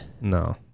No